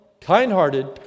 kind-hearted